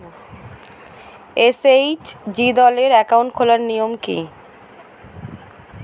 SHG দলের account খোলার নিয়ম কী?